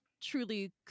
truly